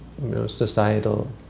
societal